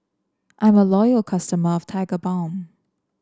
I'm a loyal customer of Tigerbalm